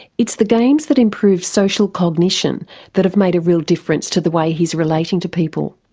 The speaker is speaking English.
it's the games that improve social cognition that have made a real difference to the way he's relating to people.